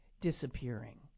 disappearing